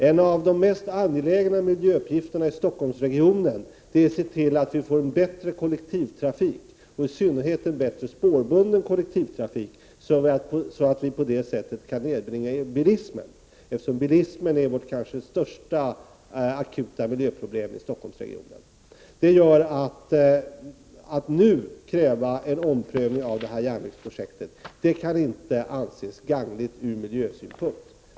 En av de allra mest angelägna miljöuppgifterna i Stockholmsregionen är att se till att vi får en bättre kollektivtrafik, i synnerhet en bättre spårbunden kollektivtrafik, så att vi på det sättet kan nedbringa bilismen. Bilismen är kanske vårt största akuta miljöproblem i Stockholmsregionen. Att nu kräva en omprövning av det aktuella järnvägsprojektet kan inte anses vara gagneligt ur miljösynpunkt.